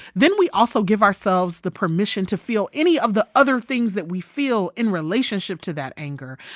then we also give ourselves the permission to feel any of the other things that we feel in relationship to that anger.